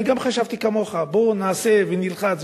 אני גם חשבתי כמוך בוא נעשה ונלחץ.